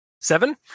seven